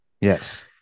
Yes